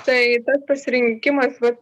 tai tas pasirinkimas vat